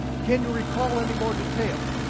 can you recall any more detail,